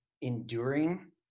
enduring